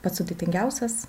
pats sudėtingiausias